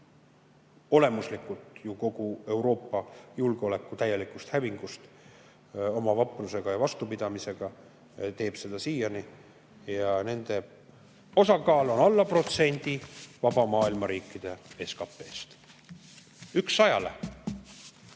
olemuslikult ju kogu Euroopa julgeoleku täielikust hävingust oma vaprusega ja vastupidamisega ning teeb seda siiani. Ja nende osakaal on alla protsendi vaba maailma riikide SKT‑st, üks sajale.